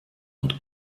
und